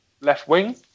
left-wing